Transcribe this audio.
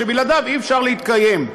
שבלעדיו אי-אפשר להתקיים.